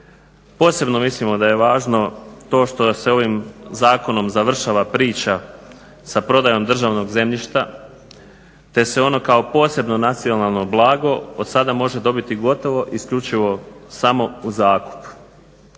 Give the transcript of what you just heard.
Posebno mislimo da je važno to što se ovim zakonom završava priča sa prodajom državnog zemljišta te se ono kao posebno nacionalno blago odsada može dobiti isključivo samo u zakup.